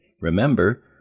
Remember